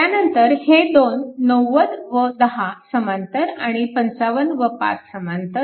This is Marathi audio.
त्यानंतर हे दोन 90 व 10 समांतर आणि 55 व 5 समांतर